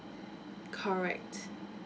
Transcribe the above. correct